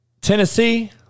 Tennessee